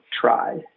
try